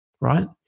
right